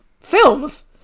films